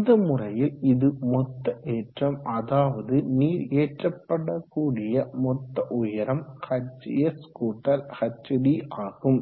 இந்த முறையில் இது மொத்த ஏற்றம் அதாவது நீர் ஏற்றப்பட்ட கூடிய மொத்த உயரம் hshd ஆகும்